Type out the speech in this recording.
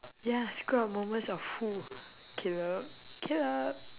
ya screw up moments of who caleb caleb